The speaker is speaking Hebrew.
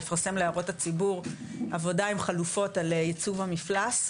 יפרסם להערות הציבור עבודה עם חלופות לייצוב המפלס,